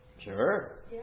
Sure